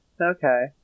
okay